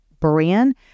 brand